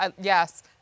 yes